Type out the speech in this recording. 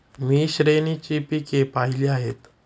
मी श्रेणीची पिके पाहिली आहेत